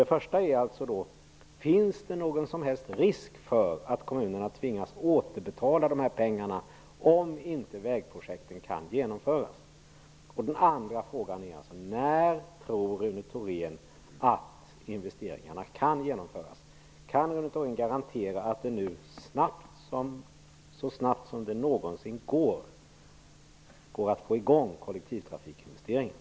Den första frågan är: Finns det någon som helst risk för att kommunerna tvingas återbetala dessa pengar om inte vägprojekten kan genomföras? Den andra frågan är: När tror Rune Thorén att investeringarna kan genomföras? Kan Rune Thorén garantera att det nu så snabbt som det någonsin går är möjligt att få i gång kollektivtrafikinvesteringarna?